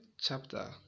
chapter